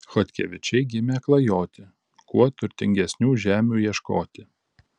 chodkevičiai gimę klajoti kuo turtingesnių žemių ieškoti